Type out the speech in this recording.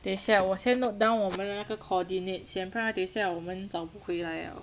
等下我先 note down 我们的那个 coordinate 先不然等下我们找不回来 liao